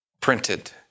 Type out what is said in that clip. printed